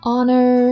Honor